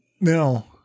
No